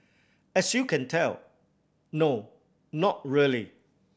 as you can tell no not really